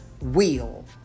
wheel